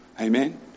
Amen